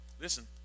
listen